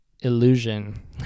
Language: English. illusion